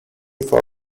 for